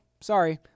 sorry